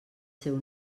seu